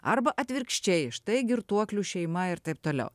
arba atvirkščiai štai girtuoklių šeima ir taip toliau